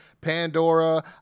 pandora